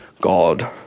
God